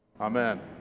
Amen